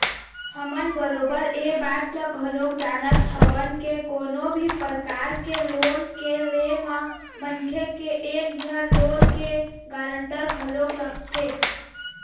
हमन बरोबर ऐ बात ल घलोक जानत हवन के कोनो भी परकार के लोन के ले म मनखे के एक झन लोन के गारंटर घलोक लगथे